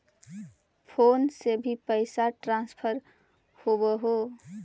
Phone से भी पैसा ट्रांसफर होवहै?